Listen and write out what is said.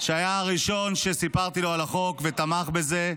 שהיה הראשון שסיפרתי לו על החוק, ותמך בזה.